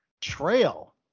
trail